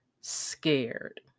scared